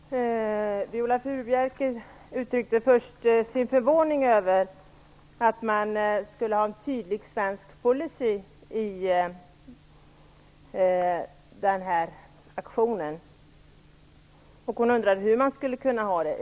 Herr talman! Viola Furubjelke uttryckte först sin förvåning över tanken på en tydlig svensk policy i den här aktionen, och hon undrade hur man skulle kunna ha det.